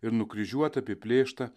ir nukryžiuotą apiplėštą